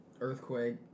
earthquake